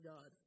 God